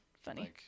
funny